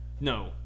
no